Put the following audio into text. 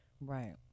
Right